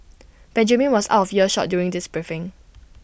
Benjamin was out of earshot during this briefing